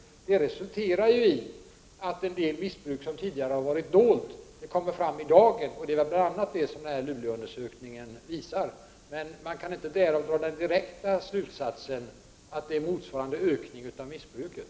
Det är ganska viktigt att hålla i minnet att de åtgärder som har vidtagits resulterar i att det missbruk som tidigare varit dolt nu kommer fram i dagen. Det är bl.a. detta som Luleåundersökningen visar. Men man kan därav inte dra den direkta slutsatsen att det skett en motsvarande ökning av missbruket.